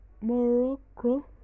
Morocco